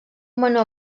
menor